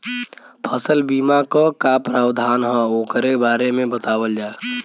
फसल बीमा क का प्रावधान हैं वोकरे बारे में बतावल जा?